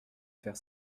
faire